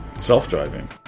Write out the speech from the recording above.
Self-driving